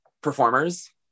performers